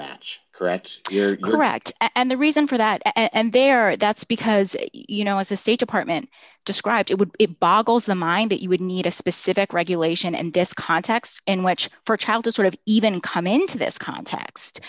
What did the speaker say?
match correct you're correct and the reason for that and there that's because you know as the state department described it would it boggles the mind that you would need a specific regulation and this context in which for a child to sort of even come into this context